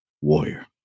warrior